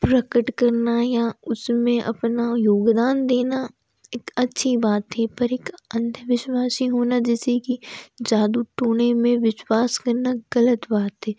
प्रकट करना या उसमें अपना योगदान देना एक अच्छी बात थी पर एक अंधविश्वासी होना जैसे कि जादू टोने में विश्वास करना गलत बात है